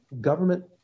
government